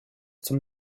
zum